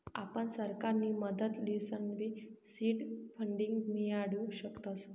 आपण सरकारनी मदत लिसनबी सीड फंडींग मियाडू शकतस